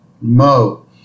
Mo